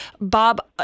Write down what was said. Bob